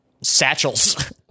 satchels